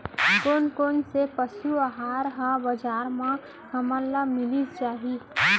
कोन कोन से पसु आहार ह बजार म हमन ल मिलिस जाही?